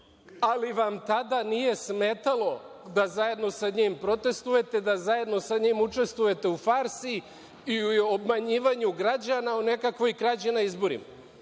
ali vam tada nije smetalo da zajedno sa njim protestujete, da zajedno sa njim učestvujete u farsi ili obmanjivanju građana o nekakvoj krađi na izborima.